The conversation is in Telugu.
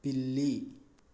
పిల్లి